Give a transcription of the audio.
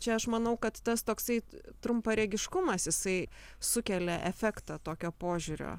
čia aš manau kad tas toksai trumparegiškumas jisai sukelia efektą tokio požiūrio